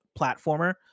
platformer